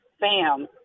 Bam